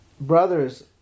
brothers